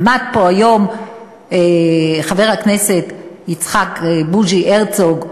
עמד פה היום חבר הכנסת יצחק בוז'י הרצוג,